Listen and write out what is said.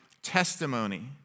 Testimony